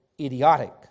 idiotic